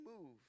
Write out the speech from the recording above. move